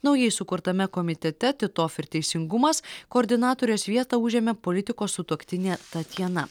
naujai sukurtame komitete titov ir teisingumas koordinatorės vietą užėmė politiko sutuoktinė tatjana